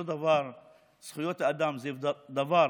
זכויות אדם זה דבר